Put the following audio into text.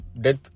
Death